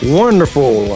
wonderful